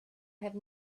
have